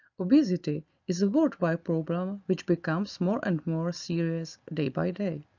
obesity is a worldwide problem which becomes more and more serious day by day.